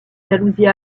jalousie